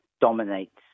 dominates